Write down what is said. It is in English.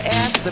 ask